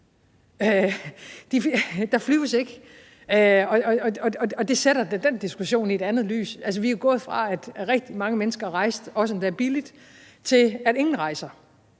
Der flyves ikke, og det sætter da den diskussion i et andet lys. Altså, vi er jo gået fra, at rigtig mange mennesker rejste, også endda billigt, til at ingen rejser.